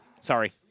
Sorry